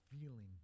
feeling